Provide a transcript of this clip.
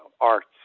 arts